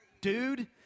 Dude